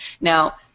now